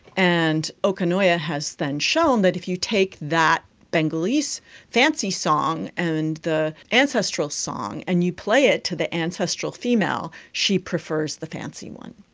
and okanoya has then shown that if you take that bengalese fancy song and the ancestral song and you play it to the ancestral female, she prefers the fancy one.